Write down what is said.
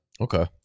okay